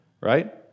right